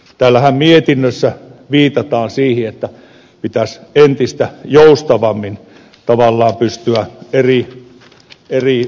täällä mietinnössähän viitataan siihen että pitäisi entistä joustavammin tavallaan pystyä eri